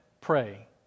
pray